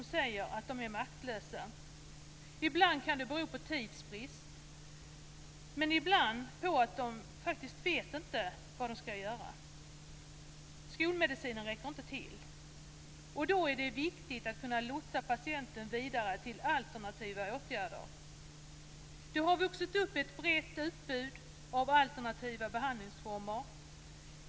De säger att de är maktlösa. Ibland kan det bero på tidsbrist, men ibland beror det på att de faktiskt inte vet vad de skall göra. Skolmedicinen räcker inte till. Då är det viktigt att kunna lotsa patienten vidare till alternativa åtgärder. Det har vuxit upp ett brett utbud av alternativa behandlingsformer.